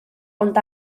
ond